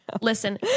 listen